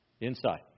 inside